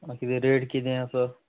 मागीर रेट किदें आसा